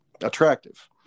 attractive